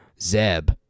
zeb